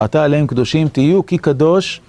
ואמרת אליהם: קדושים תהיו כי קדוש